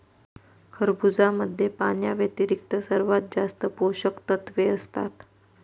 खरबुजामध्ये पाण्याव्यतिरिक्त सर्वात जास्त पोषकतत्वे असतात